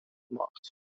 mocht